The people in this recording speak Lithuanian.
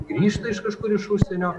grįžta iš kažkur iš užsienio